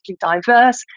diverse